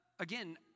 Again